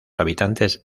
habitantes